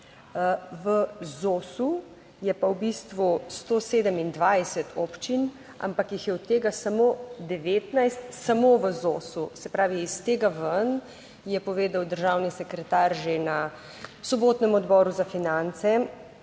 v ZOS je pa v bistvu 127 občin, ampak jih je od tega samo 19 samo v ZOS, se pravi iz tega ven je povedal državni sekretar že na sobotnem Odboru za finance,